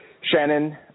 Shannon